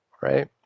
right